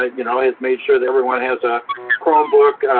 ah you know, has made sure everyone has a chromebook.